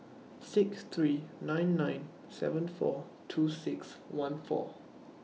six three nine nine seven four two six one four